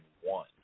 one